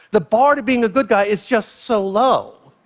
the bar to being a good guy is just so low.